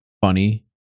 funny